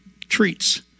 treats